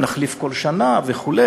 אם נחליף כל שנה וכו',